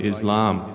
Islam